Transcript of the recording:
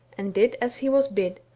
and did as he was bid,